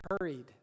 hurried